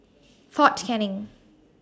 Fort Canning